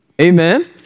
Amen